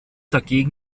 dagegen